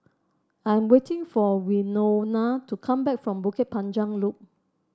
I am waiting for Winona to come back from Bukit Panjang Loop